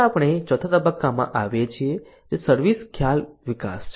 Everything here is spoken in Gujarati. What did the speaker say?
આગળ આપણે ચોથા તબક્કામાં આવીએ છીએ જે સર્વિસ ખ્યાલ વિકાસ છે